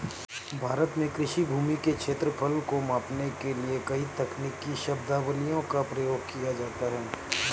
भारत में कृषि भूमि के क्षेत्रफल को मापने के लिए कई तकनीकी शब्दावलियों का प्रयोग किया जाता है